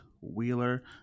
Wheeler